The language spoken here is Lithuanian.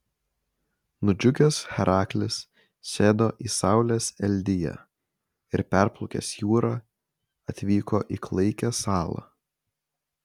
nudžiugęs heraklis sėdo į saulės eldiją ir perplaukęs jūrą atvyko į klaikią salą